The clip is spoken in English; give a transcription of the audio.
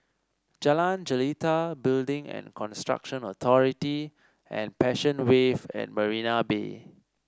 Jalan Jelita Building and Construction Authority and Passion Wave at Marina Bay